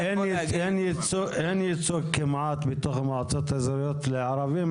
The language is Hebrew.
אין ייצוג כמעט מתוך המועצות האזוריות לערבים,